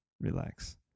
Relax